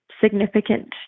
significant